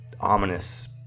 ominous